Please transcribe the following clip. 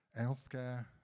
healthcare